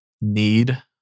need